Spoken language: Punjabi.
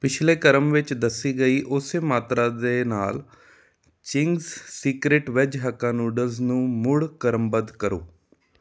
ਪਿਛਲੇ ਕ੍ਰਮ ਵਿੱਚ ਦੱਸੀ ਗਈ ਉਸੇ ਮਾਤਰਾ ਦੇ ਨਾਲ Ching's secret veg hakka noodles ਨੂੰ ਮੁੜ ਕ੍ਰਮਬੱਧ ਕਰੋ